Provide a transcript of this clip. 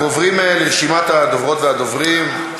אנחנו עוברים לרשימת הדוברות והדוברים,